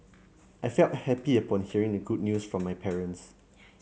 I felt happy upon hearing the good news from my parents